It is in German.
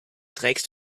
trägst